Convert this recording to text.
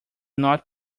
not